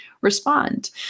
respond